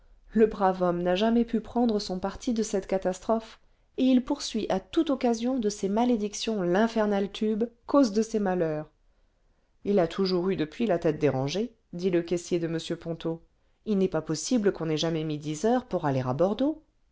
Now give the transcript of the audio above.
le brave homme n'a jamais pu prendre son parti de cette catastrophe et il poursuit à toute occasion de ses malédictions l'infernal tube cause de ses malheurs lia toujours eu depuis la tête dérangée dit le caissier de m ponto il n'est pas possible qu'on aitjamais mis dix heures pour aller à bordeaux